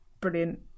Brilliant